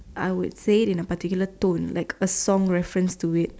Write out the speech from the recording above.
I would say it in a particular tone like a song reference to it